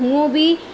हू बि